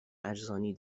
ارزانی